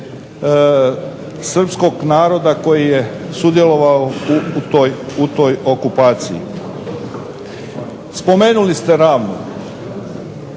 srpskog naroda koji je sudjelovao u toj okupaciji. Spomenuli ste